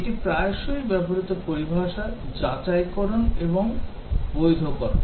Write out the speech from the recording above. এটি প্রায়শই ব্যবহৃত পরিভাষা যাচাইকরণ বনাম বৈধকরণ